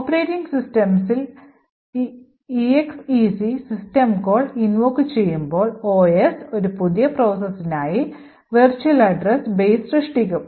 operating സിസ്റ്റത്തിൽ exec system call invoke ചെയ്യുമ്പോൾ OS ഒരു പുതിയ പ്രോസസ്സിനായി വെർച്വൽ അഡ്രസ്സ് ബേസ് സൃഷ്ടിക്കും